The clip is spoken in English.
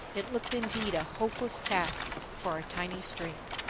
it looked indeed a hopeless task for our tiny strength.